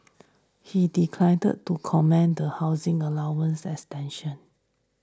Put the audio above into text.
he declined to comment the housing allowance extension